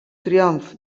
triomf